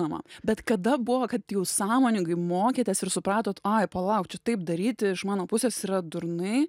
mama bet kada buvo kad jau sąmoningai mokėtės ir supratot ai palauk čia taip daryti iš mano pusės yra durnai